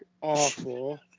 awful